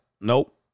nope